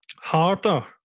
harder